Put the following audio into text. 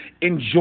Enjoy